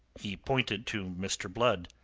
he pointed to mr. blood.